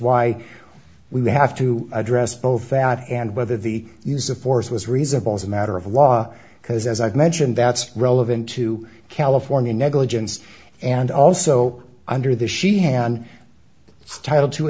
why we have to address both valid and whether the use of force was reasonable as a matter of law because as i've mentioned that's relevant to california negligence and also under the she hand title to